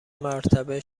مرتبه